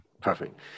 perfect